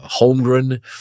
Holmgren